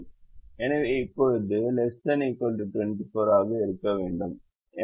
எனவே இப்போது இது ≤ 24 ஆக இருக்க வேண்டும்